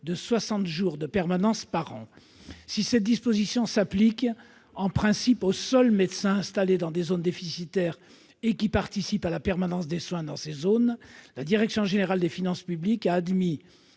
jours de permanence par an. » Si cette disposition s'applique en principe aux seuls médecins installés dans des zones déficitaires et qui participent à la permanence des soins, la direction générale des finances publiques a admis